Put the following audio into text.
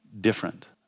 different